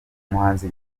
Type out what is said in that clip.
umuhanzi